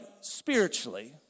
spiritually